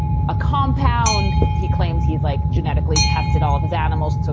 a compound he claims he's like genetically tested all of his animals. so